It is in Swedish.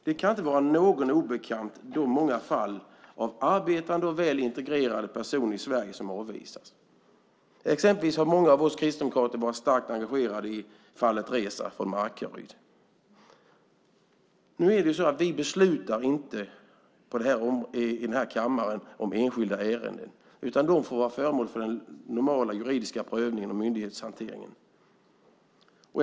De många fallen med arbetande och väl integrerade personer i Sverige som avvisas kan inte vara någon obekant. Exempelvis har många av oss kristdemokrater varit starkt engagerade i fallet Reza från Markaryd. Nu är det så att vi inte beslutar om enskilda ärenden i den här kammaren, utan de får vara föremål för normal juridisk prövning och myndighetshantering.